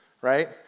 right